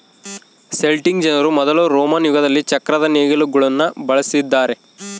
Celtic ಜನರು ಮೊದಲು Roman ಯುಗದಲ್ಲಿ ಚಕ್ರದ ನೇಗಿಲುಗುಳ್ನ ಬಳಸಿದ್ದಾರೆ